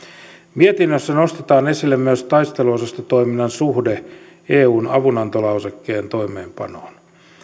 mietinnössä nostetaan esille myös taisteluosastotoiminnan suhde eun avunantolausekkeen toimeenpanoon